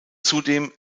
zudem